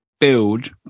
build